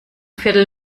viertel